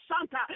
santa